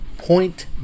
point